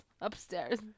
upstairs